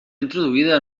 introduïda